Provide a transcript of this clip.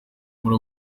muri